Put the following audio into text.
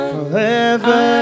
forever